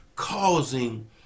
causing